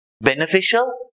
beneficial